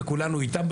וכולנו איתם,